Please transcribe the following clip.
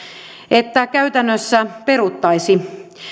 että käytännössä peruttaisiin